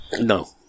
No